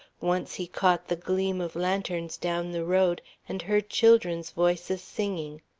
once he caught the gleam of lanterns down the road and heard children's voices singing.